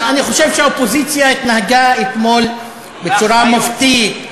אני חושב שהאופוזיציה התנהגה אתמול בצורה מופתית,